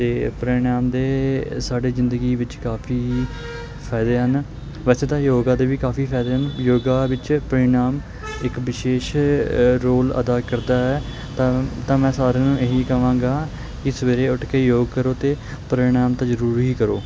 ਅਤੇ ਪ੍ਰਣਾਯਾਮ ਦੇ ਸਾਡੇ ਜ਼ਿੰਦਗੀ ਵਿੱਚ ਕਾਫੀ ਫਾਇਦੇ ਹਨ ਵੈਸੇ ਤਾਂ ਯੋਗਾ ਦੇ ਵੀ ਕਾਫੀ ਫਾਇਦੇ ਹਨ ਯੋਗਾ ਵਿੱਚ ਪ੍ਰਣਾਯਾਮ ਇੱਕ ਵਿਸ਼ੇਸ਼ ਰੋਲ ਅਦਾ ਕਰਦਾ ਹੈ ਤਾਂ ਤਾਂ ਮੈਂ ਸਾਰਿਆਂ ਨੂੰ ਇਹੀ ਕਵਾਂਗਾ ਕਿ ਸਵੇਰੇ ਉੱਠ ਕੇ ਯੋਗ ਕਰੋ ਅਤੇ ਪ੍ਰਣਾਯਾਮ ਤਾਂ ਜ਼ਰੂਰ ਹੀ ਕਰੋ